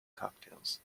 cocktails